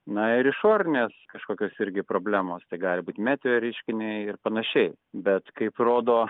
na ir išorinės kažkokios irgi problemos tai gali būt meteo reiškiniai ir panašiai bet kaip rodo